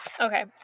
okay